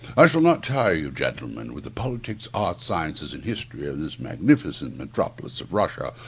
i shall not tire you, gentlemen, with the politics, arts, sciences, and history of this magnificent metropolis of russia,